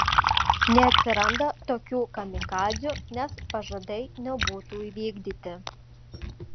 neatsiranda tokių kamikadzių nes pažadai nebūtų įvykdyti